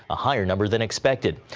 a higher number than expected.